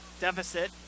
deficit